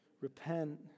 Repent